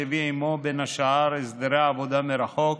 שהביא עימו בין השאר הסדרי עבודה מרחוק